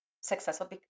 successful